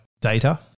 data